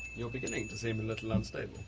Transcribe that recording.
you're beginning to seem a little unstable.